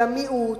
המיעוט,